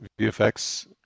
VFX